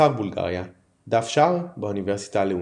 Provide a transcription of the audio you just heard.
צאר בולגריה, דף שער בספרייה הלאומית